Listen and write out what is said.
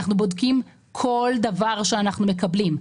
אנחנו בודקים כל דבר שאנחנו מקבלים.